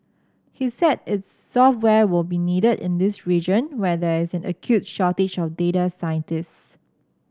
he said its software will be needed in this region where there is has an acute shortage of data scientists